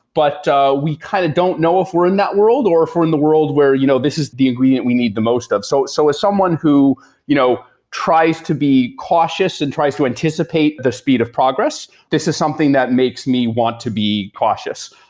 but we kind of don't know if we're in that world or if we're in the world where you know this is the ingredient we need the most of. so so as someone who you know tries to be cautious and tries to anticipate the speed of progress, this is something that makes me want to be cautious.